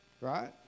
Right